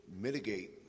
mitigate